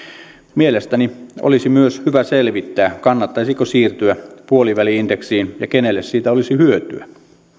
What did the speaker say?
mielestäni olisi myös hyvä selvittää kannattaisiko siirtyä puoliväli indeksiin ja kenelle siitä olisi hyötyä